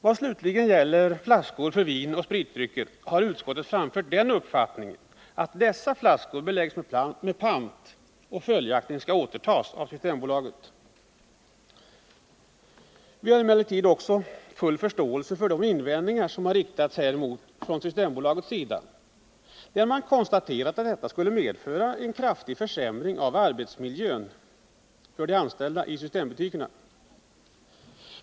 Vad beträffar flaskor för vin och spritdrycker har utskottet framfört den uppfattningen att dessa flaskor skall beläggas med pant och följaktligen återtagas av Systembolaget. Vi har emellertid full förståelse för de invändningar som har riktats häremot från Systembolagets sida; man konstaterar att detta skulle medföra en kraftig försämring av arbetsmiljön för de anställda i Systembutikerna.